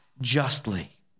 justly